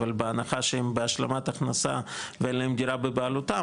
אבל בהנחה שהם בהשלמת הכנסה ואין להם דירה בבעלותם,